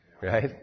Right